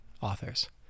authors